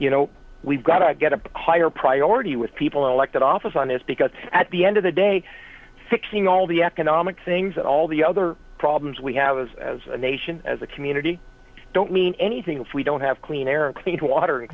you know we've got to get a higher priority with people in elected office on this because at the end of the day fixing all the economic things and all the other problems we have is as a nation as a community don't mean anything if we don't have clean air clean water